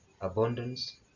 abundance